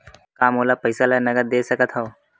का मोला पईसा ला नगद दे सकत हव?